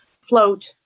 float